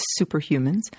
superhumans